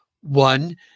one